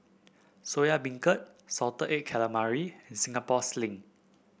Soya Beancurd Salted Egg Calamari and Singapore Sling